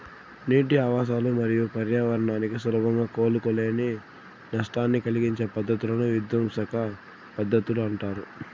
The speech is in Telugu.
నీటి ఆవాసాలు మరియు పర్యావరణానికి సులభంగా కోలుకోలేని నష్టాన్ని కలిగించే పద్ధతులను విధ్వంసక పద్ధతులు అంటారు